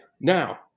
Now